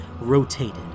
rotated